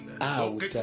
out